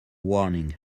warning